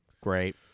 great